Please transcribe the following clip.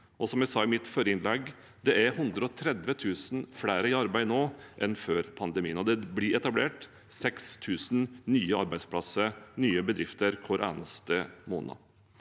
Som jeg sa i mitt forrige innlegg: Det er 130 000 flere i arbeid nå enn før pandemien, og det blir etablert 6 000 nye arbeidsplasser, nye bedrifter, hver eneste måned.